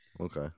Okay